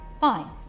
Fine